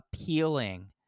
appealing